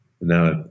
now